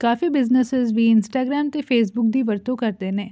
ਕਾਫੀ businesses ਵੀ Instagram ਅਤੇ Facebook ਦੀ ਵਰਤੋਂ ਕਰਦੇ ਨੇ